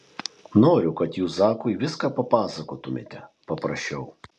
noriu kad jūs zakui viską papasakotumėte paprašiau